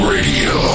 Radio